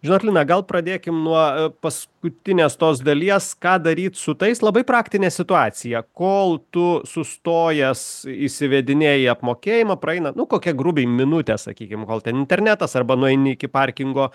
žinot lina gal pradėkim nuo paskutinės tos dalies ką daryt su tais labai praktinė situacija kol tu sustojęs įsivedinėji apmokėjimą praeina nu kokia grubiai minutė sakykim kol ten internetas arba nueini iki parkingo